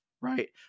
right